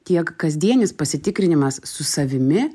tiek kasdienis pasitikrinimas su savimi